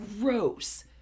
gross